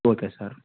okay sir